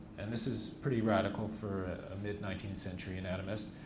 and this is pretty radical for a mid nineteenth century anatomist,